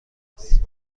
است